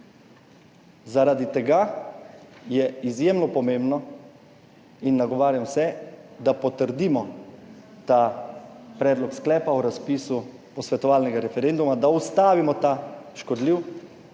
Zaradi tega je izjemno pomembno in nagovarjam vse, da potrdimo ta predlog sklepa o razpisu posvetovalnega referenduma, da ustavimo ta škodljiv zakon